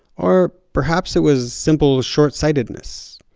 or perhaps it was simple, short-sightedness.